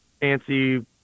fancy